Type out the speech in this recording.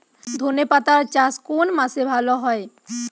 ধনেপাতার চাষ কোন মাসে ভালো হয়?